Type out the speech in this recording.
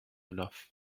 enough